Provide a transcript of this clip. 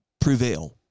prevail